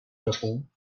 japon